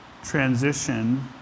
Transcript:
transition